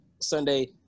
Sunday